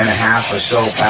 ah half or so